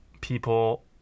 people